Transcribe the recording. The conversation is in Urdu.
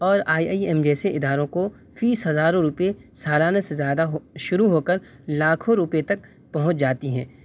اور آئی آئی ایم جیسے اداروں کو فیس ہزاروں روپئے سالانہ سے زیادہ شروع ہو کر لاکھوں روپئے تک پہنچ جاتی ہیں